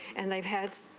and they've had.